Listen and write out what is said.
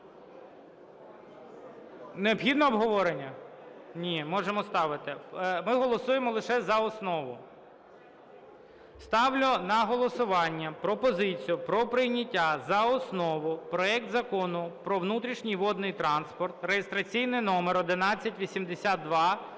Необхідне обговорення? Ні, можемо ставити. Ми голосуємо лише за основу. Ставлю на голосування пропозицію про прийняття за основу проекту Закону про внутрішній водний транспорт (реєстраційний номер 1182-1-д).